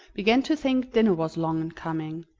began to think dinner was long in coming,